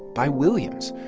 by williams.